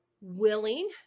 willing